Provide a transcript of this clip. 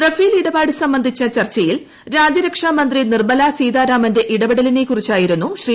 റിഫ്രേൽ ഇടപാട് സംബന്ധിച്ച ചർച്ചയിൽ രാജ്യരക്ഷാ മന്ത്രു നിർമ്മലാ സീതാരാമന്റെ ഇടപെടലിനെ കുറിച്ചായിരുന്നു ശ്രീ